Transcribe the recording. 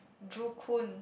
Joo-Koon